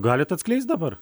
galit atskleist dabar